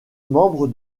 membre